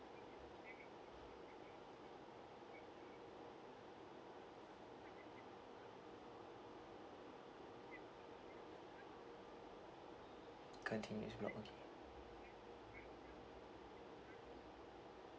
continuous block okay